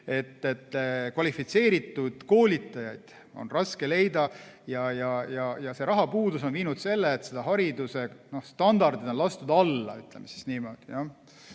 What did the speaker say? et kvalifitseeritud koolitajaid on raske leida. Ja see rahapuudus on viinud selleni, et hariduse standardid on lastud alla, ütleme siis niimoodi.